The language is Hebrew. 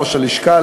ולראש הלשכה,